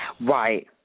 Right